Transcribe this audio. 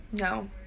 no